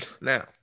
now